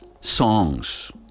songs